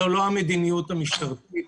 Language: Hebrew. זו לא המדיניות המשטרתית.